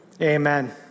Amen